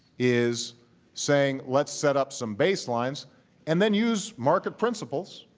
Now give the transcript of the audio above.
is saying let's set up some baselines and then use market principles,